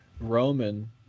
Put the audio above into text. roman